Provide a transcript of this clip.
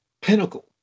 pinnacle